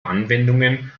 anwendungen